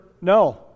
no